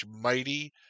mighty